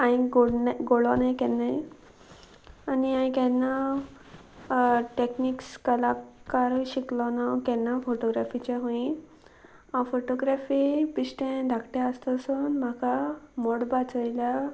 हांवें गड गोडलो नय केन्नाय आनी हांवें केन्ना टॅक्निक्स कलाकारूय शिकलो ना हांव केन्ना फोटोग्राफीचे हुंय हांव फोटोग्राफी बिश्टें धाकटें आसतासून म्हाका मळबा चोयल्या